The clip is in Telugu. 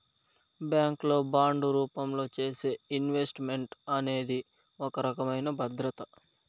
బ్యాంక్ లో బాండు రూపంలో చేసే ఇన్వెస్ట్ మెంట్ అనేది ఒక రకమైన భద్రత